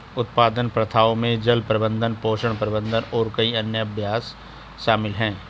उत्पादन प्रथाओं में जल प्रबंधन, पोषण प्रबंधन और कई अन्य अभ्यास शामिल हैं